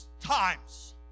times